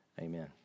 amen